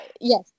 Yes